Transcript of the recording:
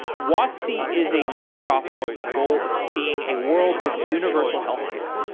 watsi is a nonprofit with the goal of seeing a world with universal healthcare.